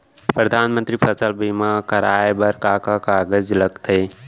परधानमंतरी फसल बीमा कराये बर का का कागजात लगथे?